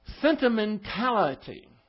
sentimentality